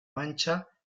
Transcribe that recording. mancha